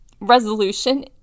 resolution